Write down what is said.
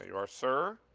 ah are, sir.